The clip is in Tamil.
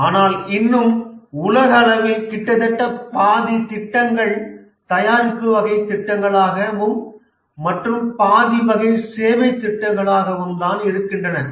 ஆனால் இன்னும் உலகளவில் கிட்டத்தட்ட பாதி திட்டங்கள் தயாரிப்பு வகை திட்டங்களாகவும் மற்றும் பாதி வகை சேவை திட்டங்களாகவும் தான் இருக்கின்றன